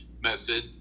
method